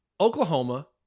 Oklahoma